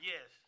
Yes